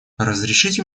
разрешите